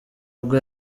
ubwo